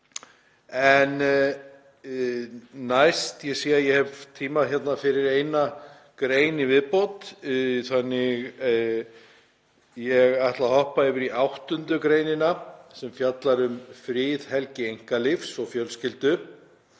ganga. Ég sé að ég hef tíma fyrir eina grein í viðbót þannig að ég ætla að hoppa yfir í 8. gr. sem fjallar um friðhelgi einkalífs og fjölskyldu.